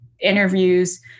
interviews